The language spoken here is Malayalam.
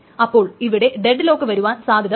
അപ്പോൾ ഇവിടെ ഡെഡ് ലോക്ക് വരുവാൻ സാധ്യതയുണ്ട്